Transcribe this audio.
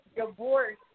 divorce